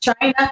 China